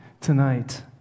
tonight